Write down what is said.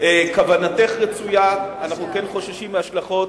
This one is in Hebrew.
כוונתך רצויה, אנחנו כן חוששים מהשלכות.